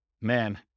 man